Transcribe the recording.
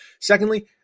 Secondly